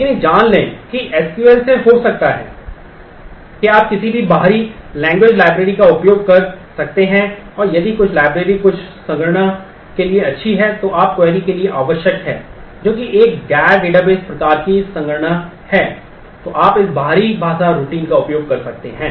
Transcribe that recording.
लेकिन यह जान लें कि एसक्यूएल से हो सकता है आप किसी भी बाहरी language library का उपयोग कर सकते हैं और यदि कुछ लाइब्रेरी कुछ संगणना के लिए अच्छी है जो आपकी क्वेरी के लिए आवश्यक है जो कि एक गैर डेटाबेस प्रकार की संगणना है तो आप इस बाहरी भाषा रूटीन का उपयोग कर सकते हैं